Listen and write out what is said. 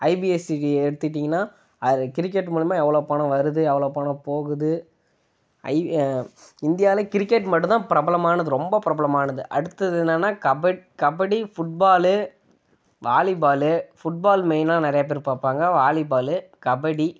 IPSCT எடுத்துக்கிட்டிங்கனால் அதில் cricket மூலயமா எவ்வளோ பணம் வருது அவ்வளோ பணம் போகுது ஐ இந்தியாவில் கிரிக்கெட் மட்டும்தான் பிரபலமானது ரொம்ப பிரபலமானது அடுத்தது என்னான்னால் கப கபடி ஃபுட்பாலு வாலிபாலு ஃபுட்பால் மெயினாக நிறைய பேர் பார்ப்பாங்க வாலிபாலு கபடி